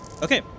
Okay